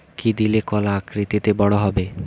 কি দিলে কলা আকৃতিতে বড় হবে?